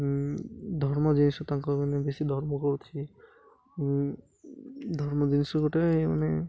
ଧର୍ମ ଜିନିଷ ତାଙ୍କ ମାନେ ବେଶୀ ଧର୍ମ କରୁଛି ଧର୍ମ ଜିନିଷ ଗୋଟେ ମାନେ